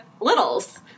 littles